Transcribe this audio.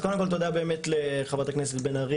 אז קודם כל תודה באמת לחברת הכנסת בן-ארי